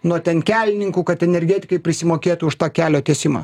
nuo ten kelininkų kad energetikai prisimokėtų už to kelio tiesimą